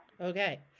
Okay